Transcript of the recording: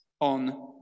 on